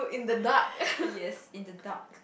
yes in the dark